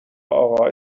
اقا